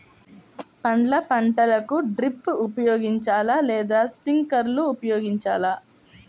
పండ్ల పంటలకు డ్రిప్ ఉపయోగించాలా లేదా స్ప్రింక్లర్ ఉపయోగించాలా?